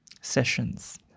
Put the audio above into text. sessions